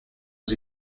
aux